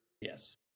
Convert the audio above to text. yes